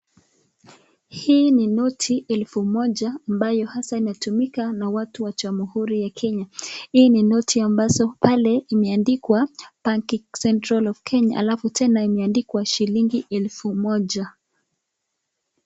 Hii ni noti elfu moja, ambayo hasaa inatumika na watu wa jamuhuri ya Kenya. Hii ni noti ambazo pale imeandikwa banki Central of Kenya, alafu tena imeandikwa shilingi elfu moja.